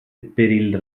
pel